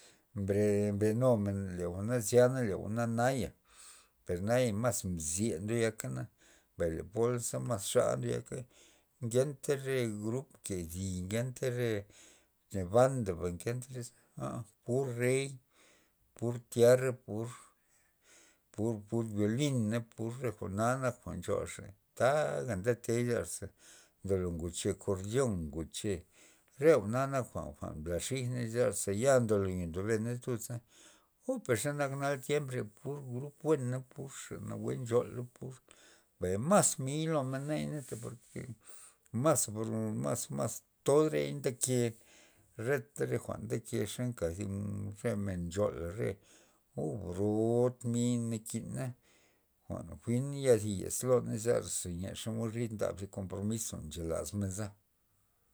Mbre mbes numen le jwa'na zya le jwa'na naya per naya mas mzye ndoyakana, mbay le pola xa mas xa ndoyaka ngenta re grup ke di ngenta re- re bandaba chele pur rey pur tyara pur- pur biolina pur re jwa'na nak jwa'n nchoa par xa taga tyaza ndolo ngoche kordyon ngoche re jwa'na nak jwa'n mbla xijney ziarza ya ndobena tudza uu per xe nak naya tiemp pur re anta grup buena anta nawue nchol grup pur mbay mas mi lomena iz ngenta por ke mas bro mas- mas toda nke key re jwa'n ndeke xa nka zi re men nchola re uu bro mi' nakina, jwa'n jwi'n ya thi yezloner za zera len xomod ryd ndab kompromis jwa'n chan menza.